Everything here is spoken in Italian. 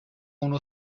uno